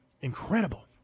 Incredible